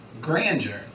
grandeur